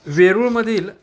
वेरूळ मधील